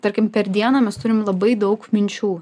tarkim per dieną mes turim labai daug minčių